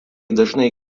dažnai